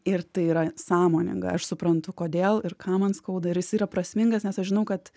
ir tai yra sąmoninga aš suprantu kodėl ir ką man skauda ir jis yra prasmingas nes aš žinau kad